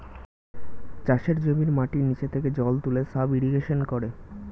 চাষের জমির মাটির নিচে থেকে জল তুলে সাব ইরিগেশন করে